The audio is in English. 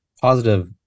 positive